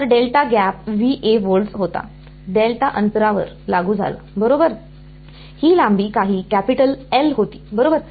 तर delta gap Va volts होता अंतरावर लागू झाला बरोबर ही लांबी काही कॅपिटल L होती बरोबर